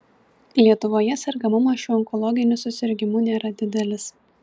lietuvoje sergamumas šiuo onkologiniu susirgimu nėra didelis